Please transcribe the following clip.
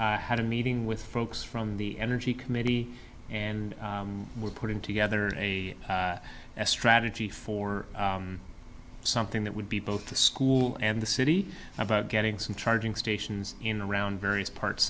had a meeting with folks from the energy committee and we're putting together a strategy for something that would be both the school and the city about getting some charging stations in around various parts